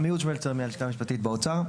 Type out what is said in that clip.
עמיהוד שמלצר, מהלשכה המשפטית באוצר.